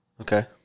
Okay